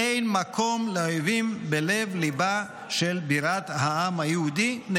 אין מקום לאויבים בלב ליבה של בירת העם היהודי.